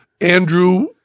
Andrew